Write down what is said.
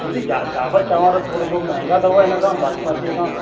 दीदी दा दावत चांवर थोरो सो महांगा अथव हिन खां बासमतीअ खां